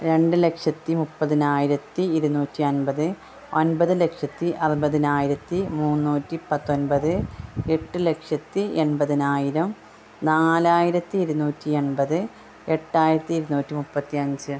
രണ്ടു ലക്ഷത്തി മുപ്പതിനായിരത്തി ഇരുന്നൂറ്റി അൻപത് ഒൻപത് ലക്ഷത്തി അറുപതിനായിരത്തി മുന്നൂറ്റി പത്തൊൻപത് എട്ട് ലക്ഷത്തി എൺപതിനായിരം നാലായിരത്തി ഇരുന്നൂറ്റി എൺപത് എട്ടായിരത്തി ഇരുന്നൂറ്റി മുപ്പത്തി അഞ്ച്